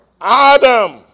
Adam